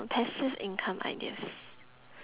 passive income ideas